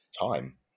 time